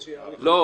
כדי שהשר יאריך לך.